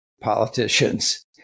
politicians